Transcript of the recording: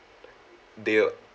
they'll